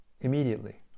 immediately